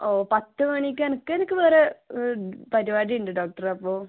ഓ പത്ത് മണിക്ക് എനിക്ക് എനിക്ക് വേറെ പരിപാടി ഉണ്ട് ഡോക്ടറ് അപ്പോൾ